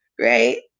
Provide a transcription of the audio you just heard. right